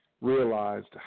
realized